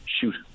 Shoot